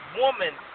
woman